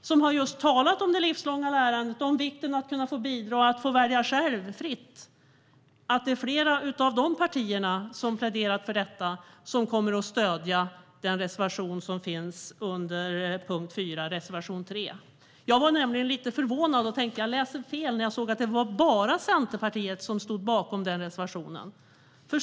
som har talat om det livslånga lärandet, om vikten av att få bidra och själv få välja fritt, stöder reservation 3 under punkt 4. Jag blev lite förvånad och trodde att jag hade läst fel när jag såg att det bara var Centerpartiet som stod bakom den reservationen.